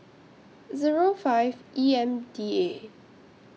Zero five E M D A